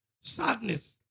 sadness